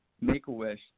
Make-A-Wish